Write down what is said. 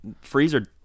freezer